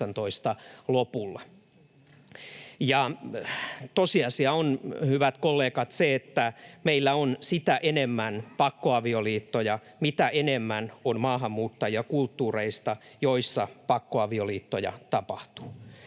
ja tosiasia on, hyvät kollegat, se, että meillä on sitä enemmän pakkoavioliittoja, mitä enemmän on maahanmuuttajia kulttuureista, joissa pakkoavioliittoja tapahtuu.